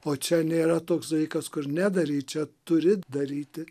o čia nėra toks laikas kur nedaryt čia turi daryti